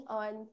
on